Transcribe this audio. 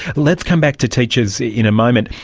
let's come back to teachers in a moment.